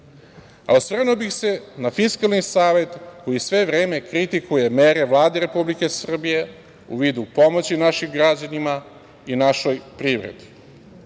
bih se na Fiskalni savet, koji sve vreme kritikuje mere Vlade Republike Srbije u vidu pomoći našim građanima i našoj privredi